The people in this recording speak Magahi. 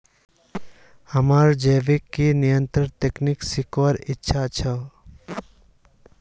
हमाक जैविक कीट नियंत्रण तकनीक सीखवार इच्छा छ